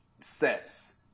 sets